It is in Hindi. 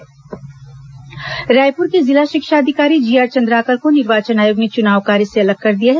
निर्वाचन आयोग कार्रवाई रायपुर के जिला शिक्षा अधिकारी जीआर चन्द्राकर को निर्वाचन आयोग ने चुनाव कार्य से अलग कर दिया है